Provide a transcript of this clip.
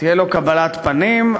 תהיה לו קבלת פנים,